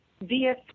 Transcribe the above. via